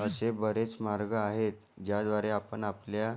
असे बरेच मार्ग आहेत ज्याद्वारे आपण आपल्या